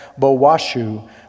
Bowashu